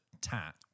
tat